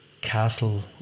castle